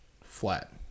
flat